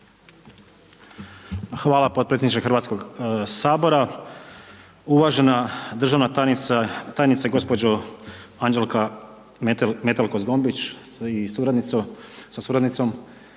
Hvala podpredsjedniče Hrvatskog sabora, uvažena državna tajnica, tajnice gospođo Anđela Metelko Zgombić i suradnicu,